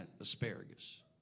asparagus